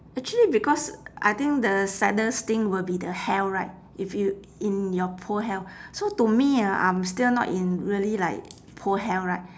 actually because I think the saddest thing will be the health right if you in your poor health so to me ah I'm still not in really like poor health right